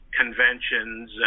conventions